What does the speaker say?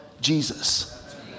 Jesus